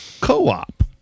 Co-op